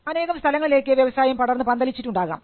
അനേകം സ്ഥലങ്ങളിലേക്ക് വ്യവസായം പടർന്നുപന്തലിച്ചിട്ടുണ്ടാകാം